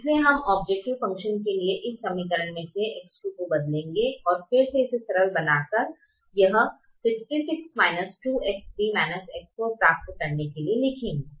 इसलिए हम objective function के लिए इस समीकरण में से X2 को बदलेंगे और फिर से इसे सरल बना कर यह 66 2X3 X4 प्राप्त करने के लिए लिखेंगे